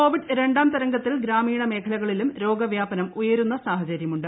Covid രണ്ടാം തരംഗത്തിൽ ഗ്രാമീണ മേഖലകളിലും രോഗവൃാപനം ഉയരുന്ന സാഹചര്യമുണ്ട്